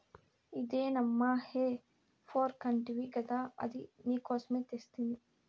ఇదే నమ్మా హే ఫోర్క్ అంటివి గదా అది నీకోసమే తెస్తిని